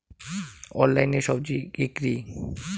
অনলাইনে স্বজি বিক্রি?